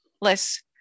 less